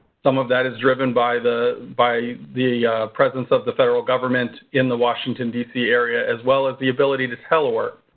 some of that is driven by the by the presence of the federal government in the washington dc area as well as the ability to telework.